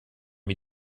wie